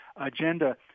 agenda